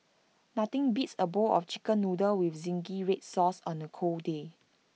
nothing beats A bowl of Chicken Noodles with Zingy Red Sauce on A cold day